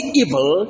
evil